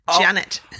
Janet